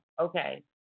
okay